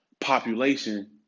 population